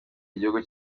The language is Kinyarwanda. igihugu